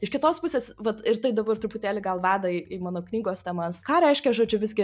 iš kitos pusės vat ir tai dabar truputėlį gal veda į į mano knygos temas ką reiškia žodžių vis gi